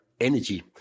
energy